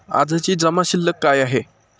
आजची जमा शिल्लक काय आहे?